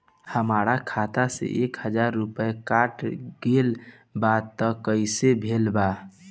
हमार खाता से एक हजार रुपया कट गेल बा त कइसे भेल बा?